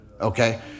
Okay